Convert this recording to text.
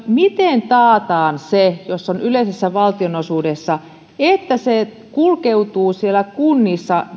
miten taataan jos se on yleisessä valtionosuudessa että se myöskin kulkeutuu kunnissa